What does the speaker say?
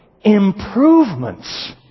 improvements